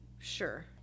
Sure